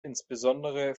insbesondere